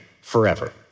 forever